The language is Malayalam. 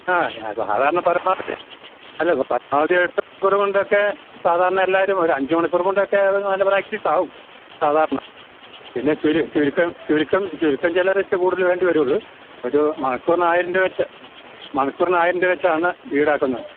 ആ ഞാൻ സാധാരണ പരമാവധി അല്ല ഇപ്പം പരമാവധി എട്ട് മണിക്കൂറ് കൊണ്ടൊക്കെ സാധാരണ എല്ലാവരും ഒരു അഞ്ച് മണിക്കൂറ് കൊണ്ടൊക്കെ അത് നല്ല പ്രാക്ടീസാവും സാധാരണ പിന്നെ ചുരുക്കം ചുരുക്കം ചുരുക്കം ചിലർക്ക് കൂടുതൽ വേണ്ടി വരുള്ളു ഒരു മണിക്കൂറിന് ആയിരം രൂപ വെച്ച് മണിക്കൂറിന് ആയിരം രൂപ വെച്ചാണ് ഈടാക്കുന്നത്